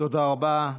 תודה רבה.